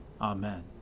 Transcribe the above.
Amen